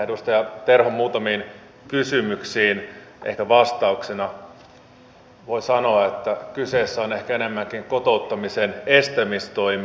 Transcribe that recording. edustaja terhon muutamiin kysymyksiin vastauksena voi sanoa että kyseessä on ehkä enemmänkin kotouttamisen estämistoimi